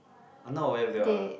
are not aware with the